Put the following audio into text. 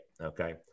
Okay